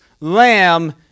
Lamb